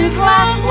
class